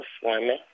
swimming